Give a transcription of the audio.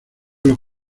los